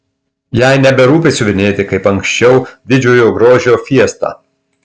jai neberūpi siuvinėti kaip anksčiau didžiojo grožio fiestą